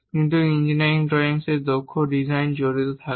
কিন্তু ইঞ্জিনিয়ারিং ড্রয়িংয়ে দক্ষ ডিজাইন জড়িত থাকে